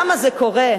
למה זה קורה?